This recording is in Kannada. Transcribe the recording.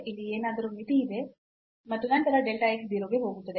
ಇಲ್ಲಿ ಏನಾದರೂ ಮಿತಿಯಿದೆ ಮತ್ತು ನಂತರ delta x 0 ಗೆ ಹೋಗುತ್ತದೆ